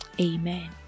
Amen